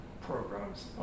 programs